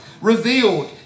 revealed